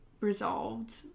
resolved